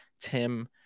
Tim